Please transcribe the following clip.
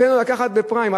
תן לו לקחת בפריים.